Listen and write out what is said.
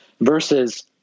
versus